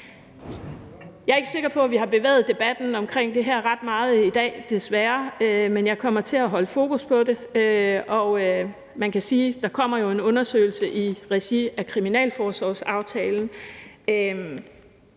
Jeg er ikke sikker på, at vi har bevæget debatten omkring det her ret meget i dag, desværre. Men jeg kommer til at holde fokus på det. Man kan sige, at der jo kommer en undersøgelse i regi af kriminalforsorgsaftalen.